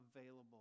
available